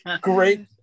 great